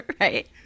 right